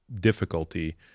difficulty